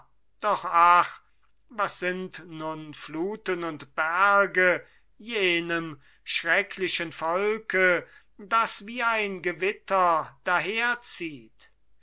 doch ach was sind nun fluten und berge jenem schrecklichen volke das wie ein gewitter